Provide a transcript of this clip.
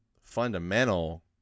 fundamental